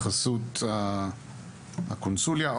בחסות הקונסוליה,